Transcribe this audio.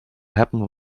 happen